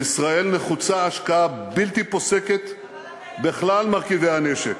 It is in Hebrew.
לישראל נחוצה השקעה בלי פוסקת בכלל מרכיבי המשק.